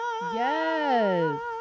Yes